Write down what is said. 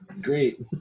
Great